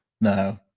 No